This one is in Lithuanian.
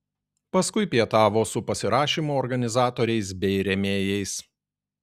paskui pietavo su pasirašymo organizatoriais bei rėmėjais